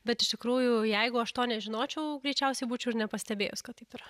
bet iš tikrųjų jeigu aš to nežinočiau greičiausiai būčiau ir nepastebėjus kad taip yra